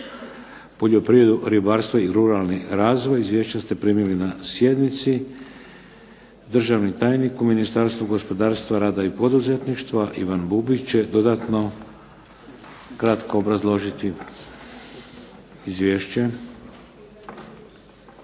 poljoprivredu, ribarstvo i ruralni razvoj. Izvješća ste primili na sjednici. Državni tajnik u Ministarstvu gospodarstva, rada i poduzetništva Ivan Bubić će dodatno kratko obrazložiti izvješće.